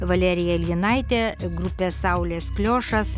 valerija iljinaitė grupė saulės kliošas